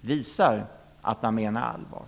visar att man menar allvar.